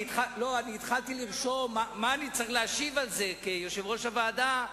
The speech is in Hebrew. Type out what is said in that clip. התחלתי לרשום מה אני צריך להשיב על זה כיושב-ראש הוועדה.